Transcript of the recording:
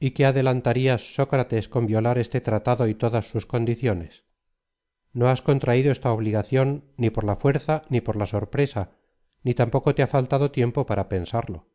y qué adelantarías sócrates con violar este tratado y todas sus condiciones no has ccmtraido esta obligación ni por la fuerza ni por la sorpresa ni tampoco te ha faltado tiempo para pensarlo